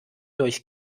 durch